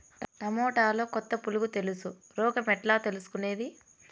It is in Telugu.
టమోటాలో కొత్త పులుగు తెలుసు రోగం ఎట్లా తెలుసుకునేది?